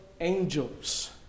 angels